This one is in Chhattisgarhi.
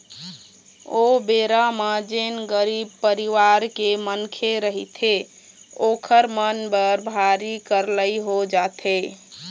ओ बेरा म जेन गरीब परिवार के मनखे रहिथे ओखर मन बर भारी करलई हो जाथे